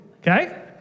okay